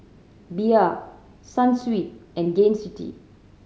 Bia Sunsweet and Gain City